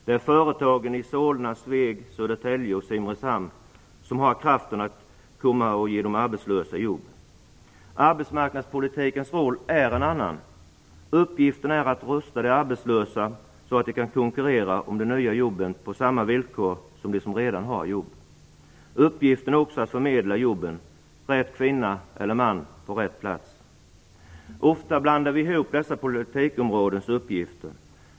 Det är företagen i Solna, Sveg, Södertälje och Simrishamn som har kraften att ge de arbetslösa jobb. Arbetsmarknadspolitikens roll är en annan. Uppgiften är att rusta de arbetslösa så att de kan konkurrera om de nya jobben på samma villkor som de som redan har jobb. Uppgiften är också att förmedla jobben - rätt kvinna eller man på rätt plats. Ofta blandar vi ihop dessa politikområdens uppgifter.